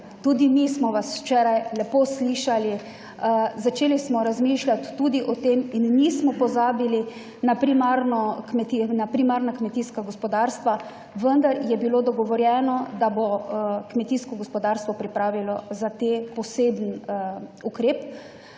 Tudi mi smo vas včeraj lepo slišali. Začeli smo razmišljati tudi o tem in nismo pozabili na primarna kmetijska gospodarstva, vendar je bilo dogovorjeno, da bo kmetijsko gospodarstvo pripravilo za te poseben ukrep,